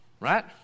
Right